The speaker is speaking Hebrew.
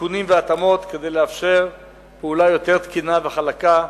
תיקונים והתאמות כדי לאפשר פעולה יותר תקינה וחלקה,